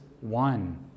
one